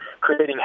creating